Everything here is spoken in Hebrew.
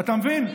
אתה מבין?